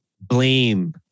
blame